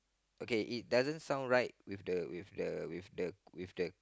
okay it doesn't sound right with the with the with the with the